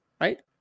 Right